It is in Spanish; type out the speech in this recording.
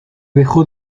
dejó